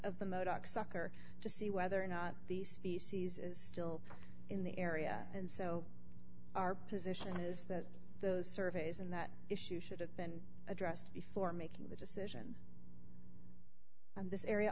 of the modocs sucker to see whether or not the species is still in the area and so our position is that those surveys and that issue should have been addressed before making the decision and this area